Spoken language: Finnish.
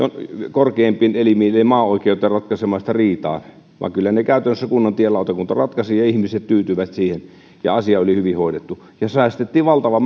korkeimpiin elimiin eli maaoikeuteen ratkaisemaan sitä riitaa vaan kyllä ne käytännössä kunnan tielautakunta ratkaisi ja ihmiset tyytyivät siihen asia oli hyvin hoidettu ja säästettiin valtava